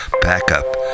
backup